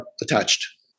attached